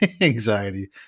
anxiety